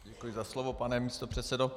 Děkuji za slovo, pane místopředsedo.